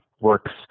works